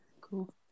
Cool